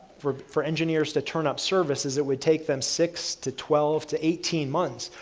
for for engineers to turn up services, it would take them six to twelve to eighteen months,